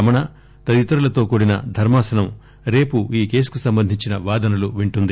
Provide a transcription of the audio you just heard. రమణ తదితరులతో కూడిన ధర్మాసనం రేపు ఈ కేసుకు సంబంధించిన వాదనలు వింటుంది